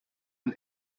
ein